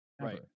right